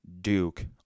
Duke